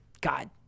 god